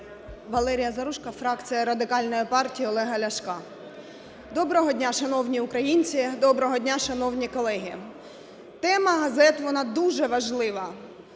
Валерія Заружко, фракція Радикальної партії Олега Ляшка. Доброго дня, шановні українці! Доброго дня, шановні колеги! Тема газет вона дуже важлива,